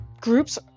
groups